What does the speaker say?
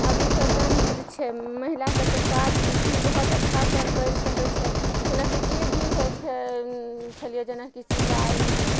अभी स्वतन्त्र छै महिला सबके काज भी बहुत अच्छासँ करि सकय छै जेनाकि जे भी होइ छै छलियै जेनाकि सिलाइ